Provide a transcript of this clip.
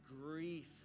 grief